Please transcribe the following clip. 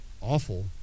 awful